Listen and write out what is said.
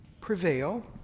prevail